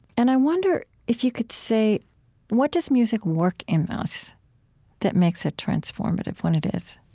and i wonder if you could say what does music work in us that makes it transformative when it is?